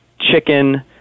chicken